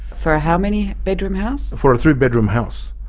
for a how many bedroom house? for a three-bedroom house,